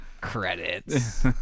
Credits